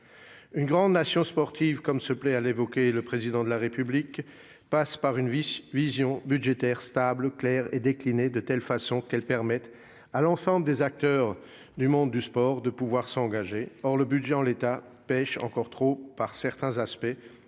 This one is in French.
Une « grande nation sportive », comme se plaît à l'évoquer le Président de la République requiert une vision budgétaire stable, claire et déclinée de telle façon qu'elle permette à l'ensemble des acteurs du monde du sport de s'engager Or ce budget, en l'état, pèche encore trop par certains aspects,